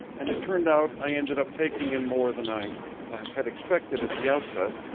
and it turned out, i ended up taking in more than i had expected at the outset.